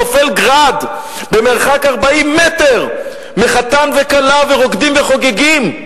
נופל "גראד" במרחק 40 מטר מחתן וכלה ורוקדים וחוגגים,